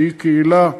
שהיא קהילה,